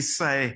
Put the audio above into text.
say